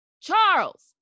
charles